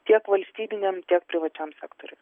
tiek valstybiniam tiek privačiam sektoriui